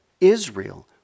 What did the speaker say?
Israel